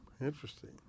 interesting